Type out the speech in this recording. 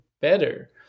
better